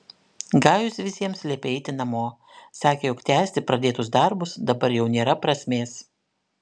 gajus visiems liepė eiti namo sakė jog tęsti pradėtus darbus dabar jau nėra prasmės